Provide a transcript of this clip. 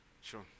Sure